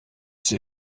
sie